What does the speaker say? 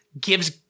gives